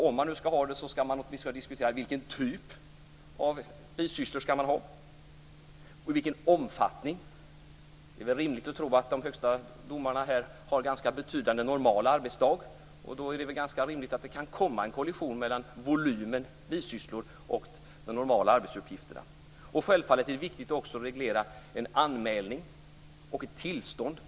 Om man skall ha det bör det åtminstone diskuteras vilken typ och vilken omfattning av bisysslor man skall ha. Det är väl rimligt att tro att de högsta domarna har en ganska betydande arbetsbörda en normal arbetsdag. Då är det också ganska rimligt att anta att det kan uppstå en kollision mellan volymen bisysslor och de normala arbetsuppgifterna. Självfallet är det också viktigt att reglera anmälan och tillstånd.